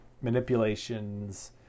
manipulations